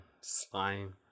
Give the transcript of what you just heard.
Slime